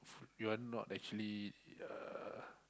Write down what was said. you are not actually uh